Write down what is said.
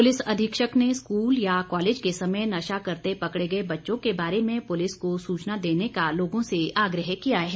police अधीक्षक ने school या कॉलेज के समय नशा करते पकड़े गए बच्चों के बारे में पुलिस को सूचना देने का लोगों से आग्रह किया है